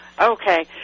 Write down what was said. Okay